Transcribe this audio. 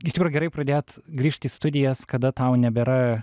iš tikrųjų gerai pradėt grįžt į studijas kada tau nebėra